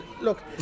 Look